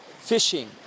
fishing